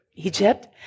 Egypt